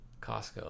Costco